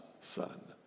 son